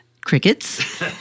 Crickets